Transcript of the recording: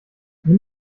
nimm